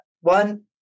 one